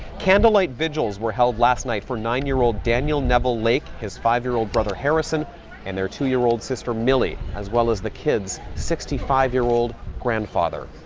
candlelight vigils were held last night for nine year old daniel neville lake, his five year old brother harrison and their two year old sister millie, as well as the kids' sixty five year old grandfather.